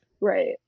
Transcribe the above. right